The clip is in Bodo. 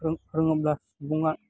रोङोब्ला सुबुङा